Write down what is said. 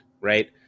right